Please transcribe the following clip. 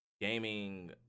gaming